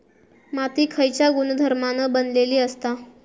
माती खयच्या गुणधर्मान बनलेली असता?